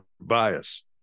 bias